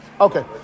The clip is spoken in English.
Okay